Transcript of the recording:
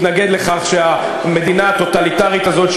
מתנגד לכך שהמדינה הטוטליטרית הזאת,